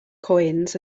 coins